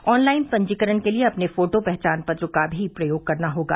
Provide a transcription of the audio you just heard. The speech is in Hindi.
ऑनलाइन पंजीकरण के लिए अपने फोटो पहचान पत्र का भी प्रयोग करना होगा